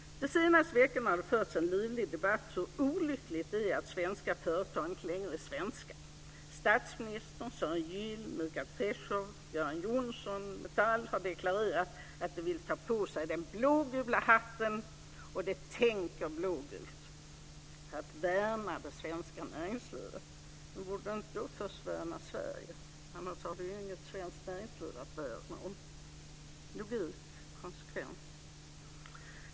De senaste veckorna har det förts en livlig debatt om hur olyckligt det är att svenska företag inte längre är svenska. Statsministern, Sören Gyll, Michael Treschow och Göran Johnsson från Metall har deklarerat att de vill ta på sig den blågula hatten och att de tänker blågult för att värna det svenska näringslivet. Men borde de inte först värna Sverige? Annars har de inget svenskt näringsliv att värna om. Är inte det logik och konsekvens?